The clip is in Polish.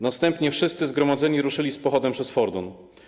Następnie wszyscy zgromadzeni ruszyli z pochodem przez Fordon.